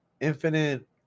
infinite